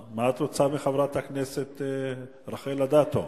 מה את רוצה מחברת הכנסת רחל אדטו?